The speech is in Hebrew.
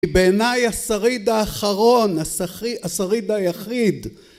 בעיניי השריד האחרון, השריד היחיד